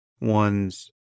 one's